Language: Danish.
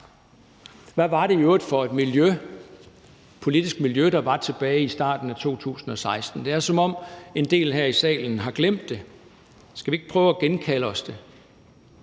Hvad var det for øvrigt for et politisk miljø, der var tilbage i starten af 2016? Det er, som om en del her i salen har glemt det. Skal vi ikke prøve at genkalde os det?